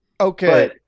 Okay